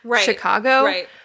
Chicago –